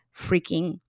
freaking